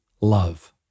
love